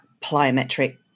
plyometric